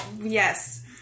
yes